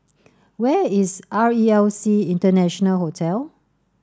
where is R E L C International Hotel